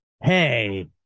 hey